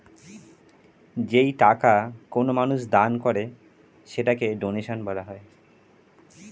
যেই টাকা কোনো মানুষ দান করে সেটাকে ডোনেশন বলা হয়